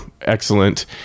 Excellent